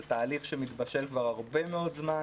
זה תהליך שמתבשל כבר הרבה מאוד זמן.